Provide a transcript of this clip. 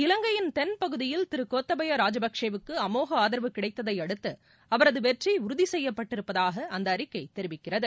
இவங்கையின் தென்பகுதியில் திரு கோத்தபய ராஜபக்சேவுக்கு அமோக ஆதரவு கிடைத்ததையடுத்து அவரது வெற்றி உறுதி செய்யப்பட்டிருப்பதாக அந்த அறிக்கை தெரிவிக்கிறது